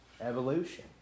evolution